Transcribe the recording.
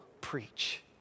preach